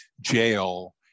jail